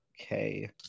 Okay